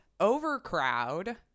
Overcrowd